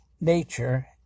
nature